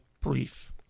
brief